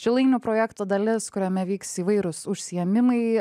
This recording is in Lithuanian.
šilainių projekto dalis kuriame vyks įvairūs užsiėmimai